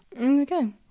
Okay